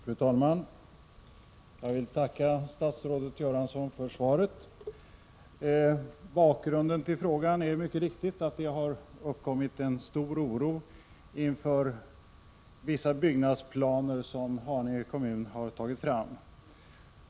Fru talman! Jag vill tacka statsrådet Göransson för svaret. Bakgrunden till frågan är mycket riktigt att det uppkommit en stor oro inför vissa byggnadsplaner som Haninge kommun har tagit fram.